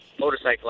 motorcycle